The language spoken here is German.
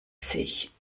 sich